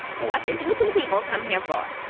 what did you two people come here for?